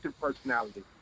personality